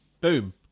Boom